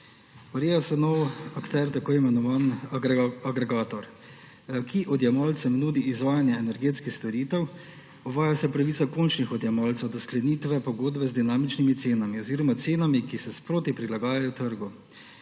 Ureja se nov akter, tako imenovani agregator, ki odjemalcem nudi izvajanje energetskih storitev. Uvaja se pravica končnih odjemalcev do sklenitve pogodbe z dinamičnimi cenami oziroma cenami, ki se sproti prilagajajo trgu.